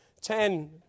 Ten